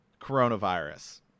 Coronavirus